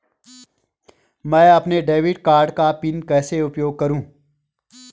मैं अपने debit card का पिन कैसे उपयोग करूँ?